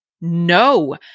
no